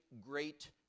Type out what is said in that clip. great